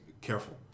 careful